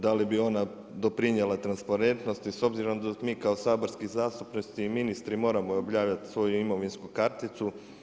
Da li bi ona doprinijela transparentnosti, s obzirom da mi kao saborski zastupnici i ministri moramo obavljati svoju imovinsku karticu.